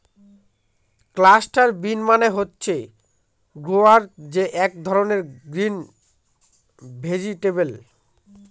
cluster bean মানে হচ্ছে গুয়ার যে এক ধরনের গ্রিন ভেজিটেবল